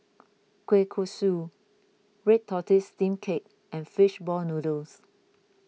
Kueh Kosui Red Tortoise Steamed Cake and Fish Ball Noodles